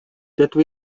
dydw